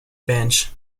bench